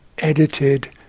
Edited